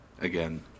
again